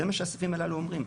זה מה שהסעיפים הללו אומרים.